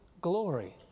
glory